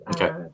Okay